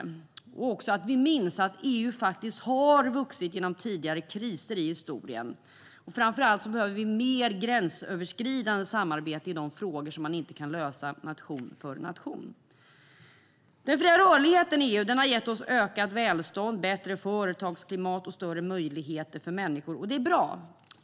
Vi ska minnas att EU har vuxit genom tidigare kriser i historien. Framför allt behövs mer gränsöverskridande samarbete i de frågor som inte kan lösas nation för nation. Den fria rörligheten i EU har gett oss ökat välstånd, bättre företagsklimat och större möjligheter för människor. Det är bra.